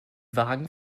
wagen